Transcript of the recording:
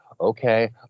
okay